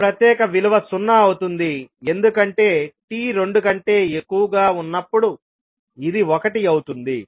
ఈ ప్రత్యేక విలువ సున్నా అవుతుంది ఎందుకంటే t రెండు కంటే ఎక్కువగా ఉన్నప్పుడు ఇది ఒకటి అవుతుంది